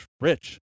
Rich